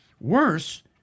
Worse